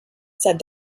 said